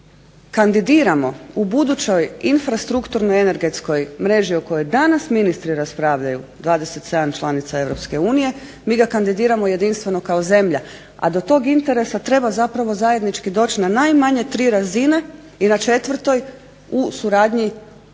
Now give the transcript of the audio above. kandidiramo u budućoj infrastrukturnoj energetskoj mreži o kojoj danas ministri raspravljaju 27 članica EU, mi ga kandidiramo jedinstveno kao zemlja, a do tog interesa treba zapravo zajednički doći na najmanje tri razine i na četvrtoj u suradnji